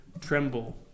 tremble